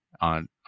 on